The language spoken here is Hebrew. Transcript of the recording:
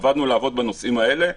עברנו לעבוד בנושאים האלה,